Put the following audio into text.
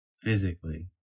physically